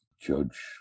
Judge